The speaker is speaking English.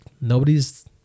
nobody's